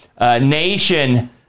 Nation